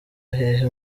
hehe